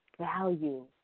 value